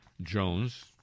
Jones